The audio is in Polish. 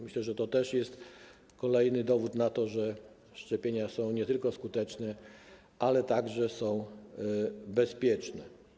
Myślę, że to też jest kolejny dowód na to, że szczepienia są nie tylko skuteczne, ale także są bezpieczne.